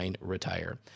retire